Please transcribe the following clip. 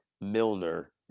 Milner